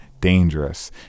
dangerous